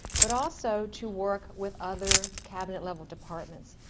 but also to work with other cabinet level departments.